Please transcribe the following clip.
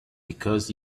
because